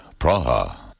Praha